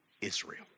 Israel